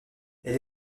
elle